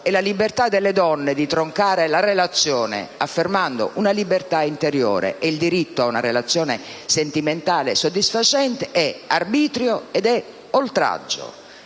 e la libertà delle donne di troncare la relazione, affermando una libertà interiore e il diritto ad una relazione sentimentale soddisfacente, è arbitrio ed oltraggio.